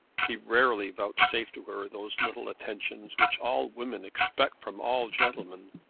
he rarely vouchsafed to her those little attentions which all women expect from all gentlemen.